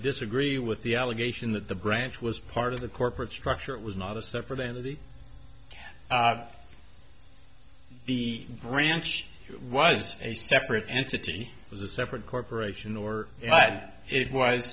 disagree with the allegation that the branch was part of the corporate structure it was not a separate entity the branch was a separate entity it was a separate corporation or that it was